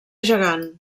gegant